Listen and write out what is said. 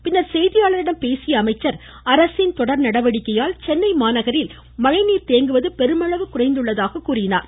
பின்னர் செய்தியாளர்களிடம் பேசிய அமைச்சர் அரசின் தொடர் நடவடிக்கையால் சென்னை மாநகரில் மழை நீர் தேங்குவது பெருமளவு குறைந்துள்ளதாக கூறினார்